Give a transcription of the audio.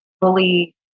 fully